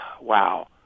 wow